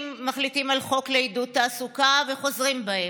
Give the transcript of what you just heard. מחליטים על חוק לעידוד תעסוקה, וחוזרים בהם,